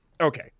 okay